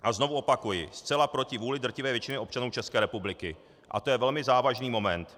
A znovu opakuji, zcela proti vůli drtivé většiny občanů České republiky a to je velmi závažný moment.